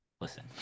listen